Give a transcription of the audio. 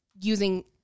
using